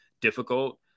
difficult